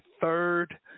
third